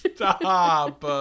Stop